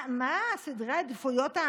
מה סדרי העדיפויות,